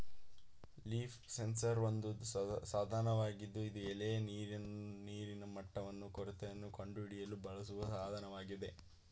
leaf sensor ಒಂದು ಸಾಧನವಾಗಿದ್ದು ಇದು ಎಲೆಯ ನೀರಿನ ಮಟ್ಟವನ್ನು ಕೊರತೆಯನ್ನು ಕಂಡುಹಿಡಿಯಲು ಬಳಸುವ ಸಾಧನವಾಗಿದೆ